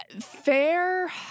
Fair